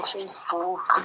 Facebook